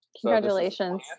Congratulations